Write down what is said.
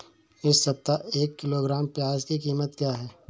इस सप्ताह एक किलोग्राम प्याज की कीमत क्या है?